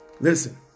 Listen